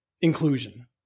inclusion